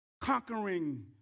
conquering